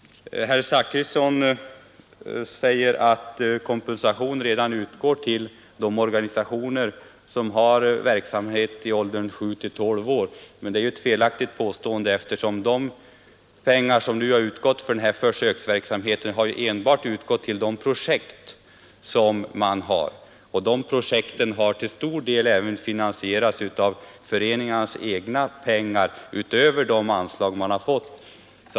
Herr Zachrisson säger att kompensation redan utgår till de organisationer som bedriver utbildningsverksamhet för grupper i åldern 7—12 år. Detta är emellertid ett felaktigt påstående, eftersom de pengar som hittills har utgått till försöksverksamheten enbart har utgått till de projekt som finns utarbetade, och de projekten har till stor del finansierats av föreningarnas egna pengar utöver de anslag som dessa har fått.